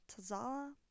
Tazala